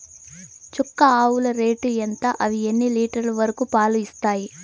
చుక్క ఆవుల రేటు ఎంత? అవి ఎన్ని లీటర్లు వరకు పాలు ఇస్తాయి?